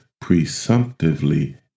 presumptively